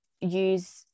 use